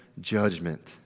judgment